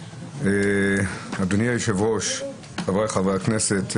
אדוני היו"ר, חבריי חברי הכנסת.